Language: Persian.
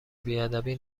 بیادبی